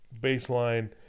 baseline